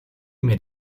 mir